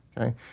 okay